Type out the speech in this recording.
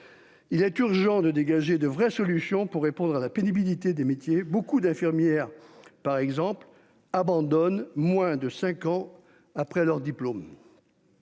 Il est urgent de dégager de vraies solutions pour répondre à la pénibilité des métiers beaucoup d'infirmières par exemple abandonne, moins de 5 ans après leur diplôme.--